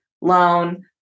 loan